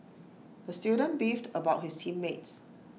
the student beefed about his team mates